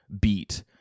beat